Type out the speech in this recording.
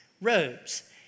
robes